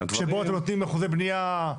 שבו אתם נותנים אחוזי בנייה.